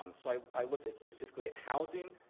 um so i looked at specifically at housing,